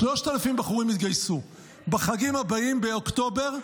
3,000- - בחורים יתגייסו, בחגים הבאים, באוקטובר,